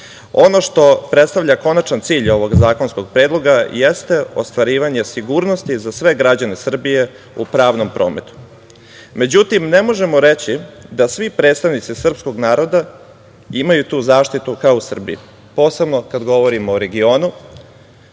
Ono što predstavlja konačan cilj ovog zakonskog predloga jeste ostvarivanje sigurnosti za sve građane Srbije u pravnom prometu.Međutim, ne možemo reći da svi predstavnici srpskog naroda imaju tu zaštitu kao u Srbiji, posebno kada govorimo o regionu,